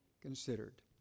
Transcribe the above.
considered